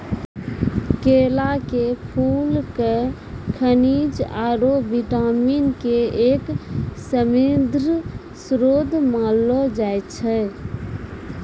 केला के फूल क खनिज आरो विटामिन के एक समृद्ध श्रोत मानलो जाय छै